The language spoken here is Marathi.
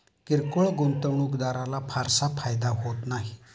किरकोळ गुंतवणूकदाराला फारसा फायदा होत नाही